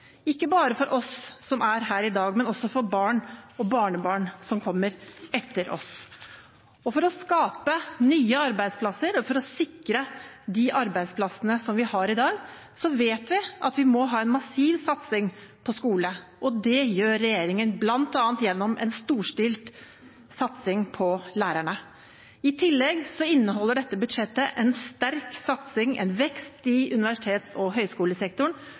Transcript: ikke bare for oss som er her i dag, men også for barn og barnebarn, som kommer etter oss. For å skape nye arbeidsplasser og for å sikre de arbeidsplassene vi har i dag, vet vi at vi må ha en massiv satsing på skole. Dette gjør regjeringen bl.a. gjennom en storstilt satsing på lærerne. I tillegg inneholder dette budsjettet en sterk satsing – en vekst – i universitets- og høyskolesektoren